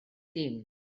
dim